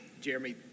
jeremy